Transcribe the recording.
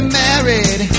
married